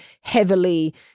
heavily